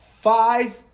five